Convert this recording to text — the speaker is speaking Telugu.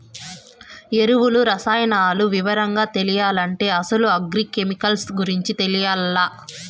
ఎరువులు, రసాయనాలు వివరంగా తెలియాలంటే అసలు అగ్రి కెమికల్ గురించి తెలియాల్ల